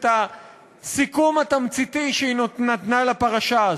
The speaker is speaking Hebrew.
את הסיכום התמציתי שהיא נתנה לפרשה הזו.